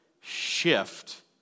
shift